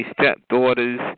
stepdaughters